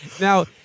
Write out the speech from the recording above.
Now